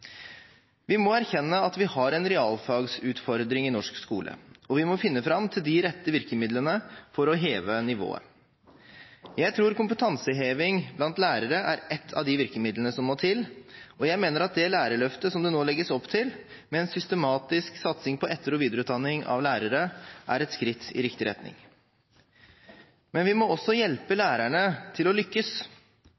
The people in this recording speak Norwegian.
Vi må erkjenne at vi har en realfagsutfordring i norsk skole, og vi må finne fram til de rette virkemidlene for å heve nivået. Jeg tror kompetanseheving blant lærere er ett av de virkemidlene som må til, og jeg mener at det lærerløftet som det nå legges opp til, med en systematisk satsing på etter- og videreutdanning av lærere, er et skritt i riktig retning. Men vi må også hjelpe